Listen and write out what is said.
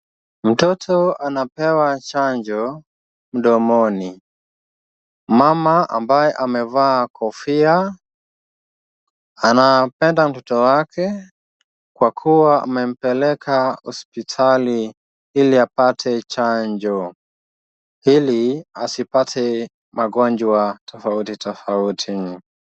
Mtoto anapewa chanjo mdomoni. Mama ambaye amevaa kofia anapenda mtoto wake kwa kuwa amempeleka hospitali ili apate chanjo ili asipate magonjwa tofauti tofauti.